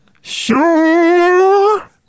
Sure